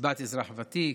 קצבת אזרח ותיק,